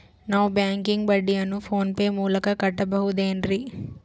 ನಾವು ಬ್ಯಾಂಕಿಗೆ ಬಡ್ಡಿಯನ್ನು ಫೋನ್ ಪೇ ಮೂಲಕ ಕಟ್ಟಬಹುದೇನ್ರಿ?